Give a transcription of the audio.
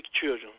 children